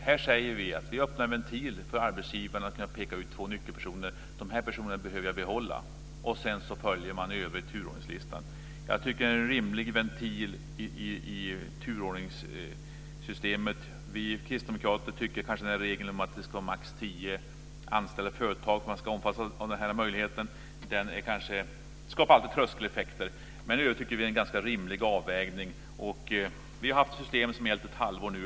Här öppnar vi en ventil för arbetsgivarna att peka ut två nyckelpersoner som de behöver behålla, och sedan följer man i övrigt turordningslistan. Jag tycker att det är rimligt med en sådan ventil i turordningssystemet. Vi kristdemokrater tycker att regeln om att det ska vara maximalt 10 anställda i företaget för att man ska omfattas av denna möjlighet skapar tröskeleffekter. Men i övrigt tycker vi att det är en ganska rimlig avvägning. Det här systemet har nu gällt i ett halvår.